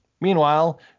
Meanwhile